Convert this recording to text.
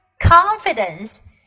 confidence